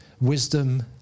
wisdom